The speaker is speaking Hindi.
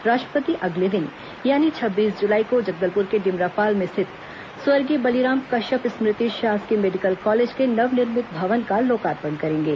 राष्ट्रपति अगले दिन यानि छब्बीस जुलाई को जगदलपुर के डिमरापाल में स्थित स्वर्गीय बलीराम कश्यप स्मृति शासकीय मेडिकल कॉलेज के नवनिर्मित भवन का लोकार्पण करेंगें